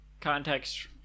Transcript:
context